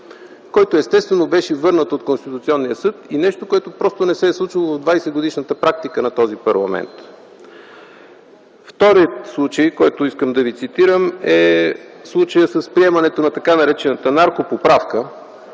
който естествено беше върнат от Конституционния съд – нещо, което просто не се е случило в двадесетгодишната практика на този парламент. Вторият случай, който искам да ви цитирам, е този с приемането на така наречената наркопоправка.